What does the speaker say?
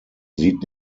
sieht